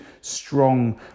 strong